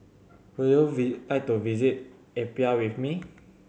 would you visit like to visit Apia with me